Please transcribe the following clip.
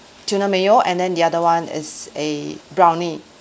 tuna mayo and then the other one is a brownie